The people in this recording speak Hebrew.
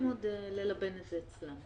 על זה.